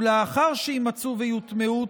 ולאחר שיימצאו ויוטמעו,